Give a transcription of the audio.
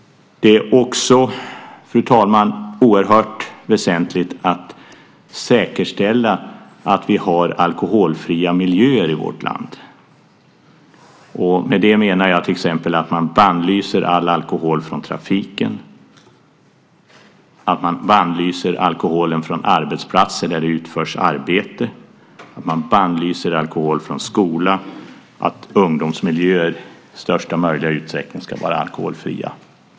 Fru talman! Det är också oerhört väsentligt att säkerställa att vi har alkoholfria miljöer i vårt land. Med det menar jag att man bannlyser all alkohol i trafiken, att man bannlyser alkohol på arbetsplatser när det utförs arbete, att man bannlyser alkohol i skolan och att ungdomsmiljöer i största möjliga utsträckning ska vara alkoholfria.